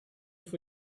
for